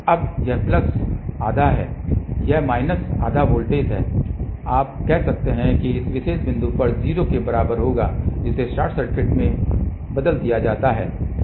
अब यह प्लस आधा है यह माइनस आधा वोल्टेज है आप कह सकते हैं कि इस विशेष बिंदु पर 0 के बराबर होगा जिसे शॉर्ट सर्किट से बदल दिया जाता है